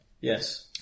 yes